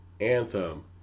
Anthem